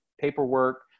paperwork